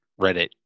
Reddit